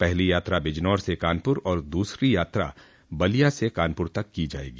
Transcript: पहली यात्रा बिजनौर से कानपुर और दूसरी यात्रा बलिया से कानपुर तक की जायेगी